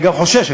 אני גם חושש,